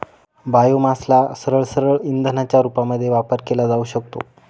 बायोमासला सरळसरळ इंधनाच्या रूपामध्ये वापर केला जाऊ शकतो